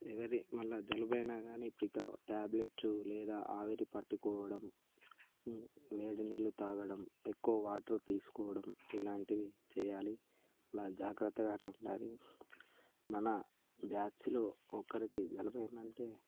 ఎవరి వల్ల జలుబైనా గానీ ప్రికా టాబ్లెట్ లేదా ఆవిరి పట్టుకోవడం వేడినీళ్ళు తాగడం ఎక్కువ వాటరు తీసుకోవడం ఇలాంటివి చెయ్యాలి ఇలా జాగ్రత్తగానే ఉండాలి మన బ్యాచ్లో ఒకరికి జలుబైందంటే